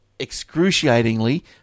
Excruciatingly